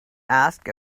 asked